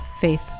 faith